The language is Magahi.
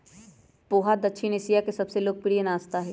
पोहा दक्षिण एशिया के सबसे लोकप्रिय नाश्ता हई